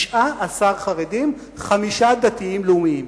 19 חרדים, חמישה דתיים-לאומיים.